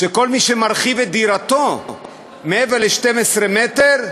שכל מי שמרחיב את דירתו מעבר ל-12 מטרים,